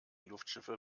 luftschiffe